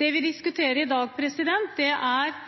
Det vi diskuterer i dag, er: Hvem skal tilby disse tjenestene til de barna som trenger det?